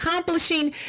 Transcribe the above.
accomplishing